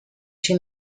she